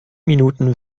minuten